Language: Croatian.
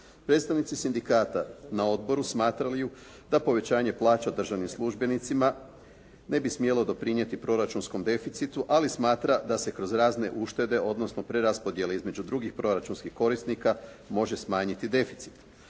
Predstavnici sindikata na odboru smatraju da povećanje plaća državnim službenicima ne bi smjelo doprinijeti proračunskom deficitu ali smatra da se kroz razne uštede odnosno preraspodjele između drugih proračunskih korisnika može smanjiti deficit.